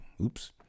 Oops